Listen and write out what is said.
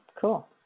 cool